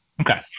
Okay